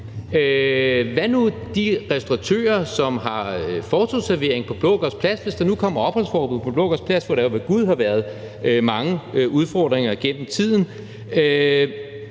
Hvad nu med de restauratører, som har fortovsservering på Blågårds Plads, hvis der nu kommer opholdsforbud på Blågårds Plads, hvor der er jo ved gud har været mange udfordringer gennem tiden?